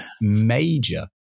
major